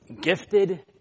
gifted